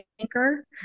anchor